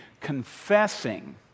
confessing